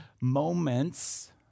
moments